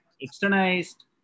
externalized